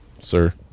sir